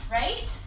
right